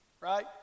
Right